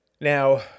Now